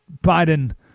Biden